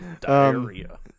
Diarrhea